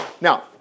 now